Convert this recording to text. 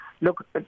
Look